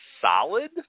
solid